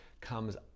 comes